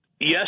Yes